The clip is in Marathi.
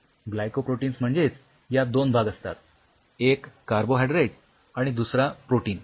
ग्लायकोप्रोटीन्स म्हणजेच यात दोन भाग असतात एक कार्बोहायड्रेट आणि दुसरा प्रोटीन